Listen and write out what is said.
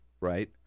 right